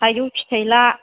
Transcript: थाइजौ फिथाय ला